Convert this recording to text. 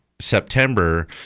September